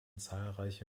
zahlreiche